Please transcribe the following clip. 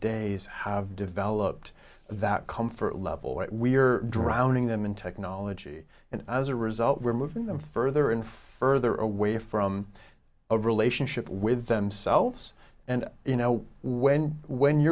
days have developed that comfort level where we're drowning them in technology and as a result we're moving them further and further away from a relationship with themselves and you know when when